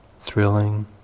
Thrilling